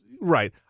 right